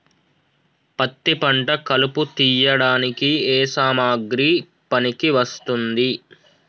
పత్తి పంట కలుపు తీయడానికి ఏ సామాగ్రి పనికి వస్తుంది?